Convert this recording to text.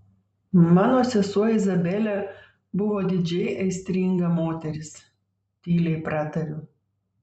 mano sesuo izabelė buvo didžiai aistringa moteris tyliai pratariu